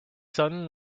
son